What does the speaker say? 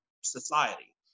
society